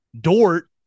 Dort